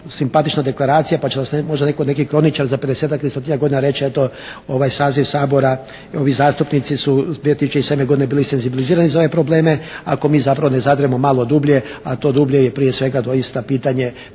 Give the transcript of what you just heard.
simpatična deklaracija pa će nas jednom neki kroničar za 50.-tak ili 100.-tinjak godina reći, ovaj saziv Sabora i ovi zastupnici su 2007. godine bili senzibilizirani za ove probleme ako mi zapravo ne zadiremo malo dublje, a to dublje je prije svega doista pitanje